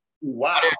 Wow